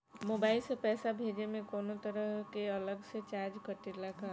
Mobile से पैसा भेजे मे कौनों तरह के अलग से चार्ज कटेला का?